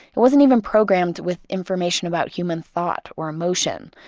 it wasn't even programmed with information about human thought or emotion.